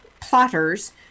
plotters